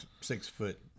six-foot